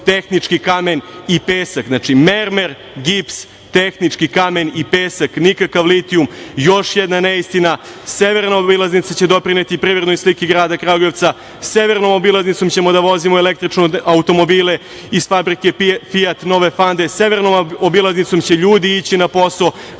tehnički kamen i pesak. Znači, mermer, gips, tehnički kamen i pesak, nikakav litiju. Još jedna neistina. Severna obilaznica će doprineti privrednoj slici grada Kragujevca, severnom obilaznicom ćemo da vozimo električne automobile iz fabrike „Fijat“ nove Pande, severnom obilaznicom će ljudi ići na posao,